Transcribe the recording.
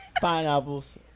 pineapples